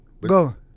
Go